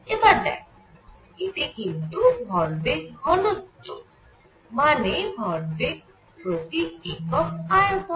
এবার দেখো এটি কিন্তু ভরবেগ ঘনত্ব মানে ভরবেগ প্রতি একক আয়তন